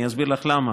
אני אסביר לך למה.